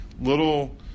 little